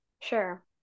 Sure